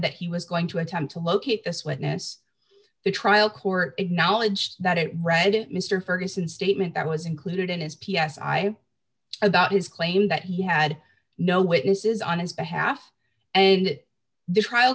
that he was going to attempt to locate this witness the trial court acknowledged that it read it mr ferguson statement that was included in his p s i about his claim that he had no witnesses on his behalf that the trial